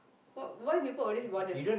why why people always bother